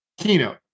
keynote